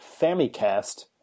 famicast